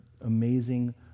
amazing